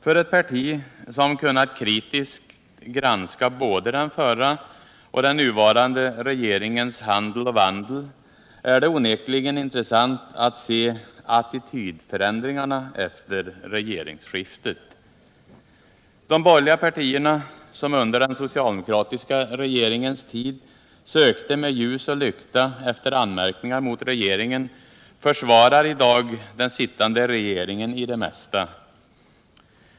För ett parti som kunnat kritiskt granska både den förra och den nuvarande regeringens handel och vandel är det onekligen intressant att se attitydförändringarna efter regeringsskiftet. De borgerliga partierna, som under den socialdemokratiska regeringens tid sökte med ljus och lykta efter anmärkningar mot regeringen, försvarar i dag den sittande regeringen i det mesta.